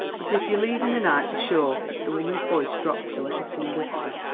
but if you're leavin' the night be sure the woman's voice dropped to a hissing whisper.